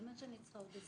באמת שאני צריכה עוד עזרה.